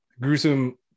gruesome